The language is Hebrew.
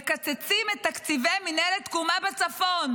מקצצים את תקציבי מינהלת תקומה בצפון.